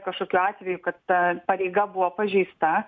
kažkokiu atveju kad ta pareiga buvo pažeista